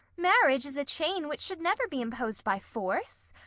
marriage is a chain which should never be imposed by force.